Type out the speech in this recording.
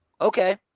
Okay